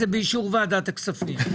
זה באישור ועדת הכספים.